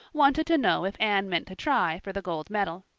wanted to know if anne meant to try for the gold medal.